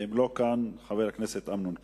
ואם הוא לא יהיה כאן, חבר הכנסת אמנון כהן.